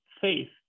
faith